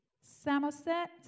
Samoset